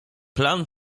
plan